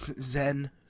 Zen